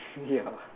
ya